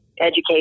education